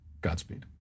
Godspeed